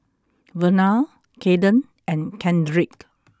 Vernal Kayden and Kendrick